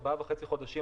כבר ארבעה וחצי חודשים,